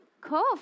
Cool